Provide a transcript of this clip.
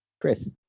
Chris